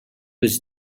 was